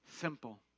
simple